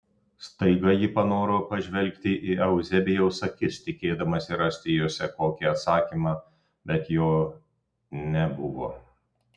staiga ji panoro pažvelgti į euzebijaus akis tikėdamasi rasti jose kokį atsakymą bet jo nebuvo